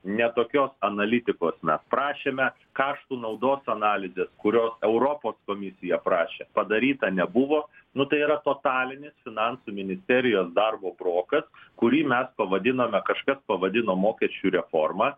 ne tokios analitikos mes prašėme kaštų naudos analizės kurio europos komisija prašė padaryta nebuvo nu tai yra totalinis finansų ministerijos darbo brokas kurį mes pavadiname kažkas pavadino mokesčių reforma